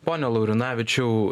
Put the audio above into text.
pone laurinavičiau